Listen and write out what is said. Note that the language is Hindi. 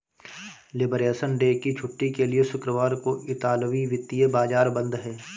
लिबरेशन डे की छुट्टी के लिए शुक्रवार को इतालवी वित्तीय बाजार बंद हैं